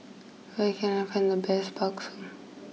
where can I find the best Bakso